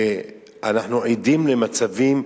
אנחנו עדים למצבים,